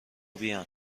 بیان